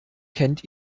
kennt